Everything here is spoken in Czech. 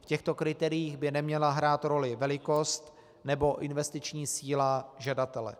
V těchto kritériích by neměla hrát roli velikost nebo investiční síla žadatele.